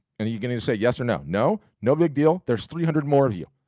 and you're gonna say yes or no. no? no big deal. there's three hundred more of you.